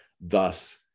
thus